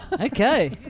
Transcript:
Okay